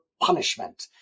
punishment